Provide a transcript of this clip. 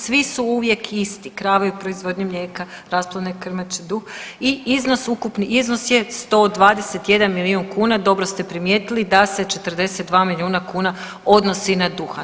Svi su uvijek isti, krave u proizvodnji mlijeka, rasplodne krmače …/nerazumljivo/… i iznos, ukupni iznos je 121 milijun kuna, dobro ste primijetili da se 42 milijuna kuna odnosi na duhan.